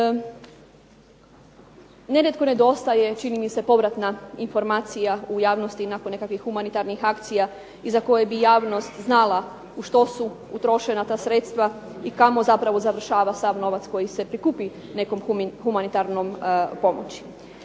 Nerijetko nedostaje čini mi se povratna informacija u javnosti nakon nekakvih humanitarnih akcija i za koje bi javnost znala u što su utrošena ta sredstva i kamo zapravo završava sav novac koji se prikupi nekom humanitarnom pomoći.